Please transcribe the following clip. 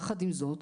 יחד עם זאת,